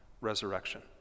resurrection